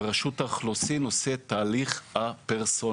ורשות האוכלוסין עושה את תהליך הפרסוניליזציה,